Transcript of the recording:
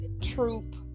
troop